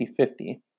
50-50